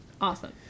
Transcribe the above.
Awesome